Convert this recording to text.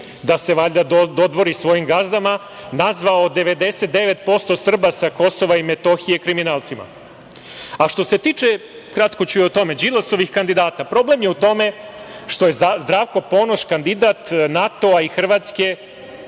da se valjda dodvori svojim gazdama, nazvao 99% Srba sa Kosova i Metohije kriminalcima.A što se tiče, kratko ću i o tome, Đilasovih kandidata, problem je u tome što je Zdravko Ponoš kandidat NATO-a i Hrvatske,